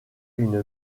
une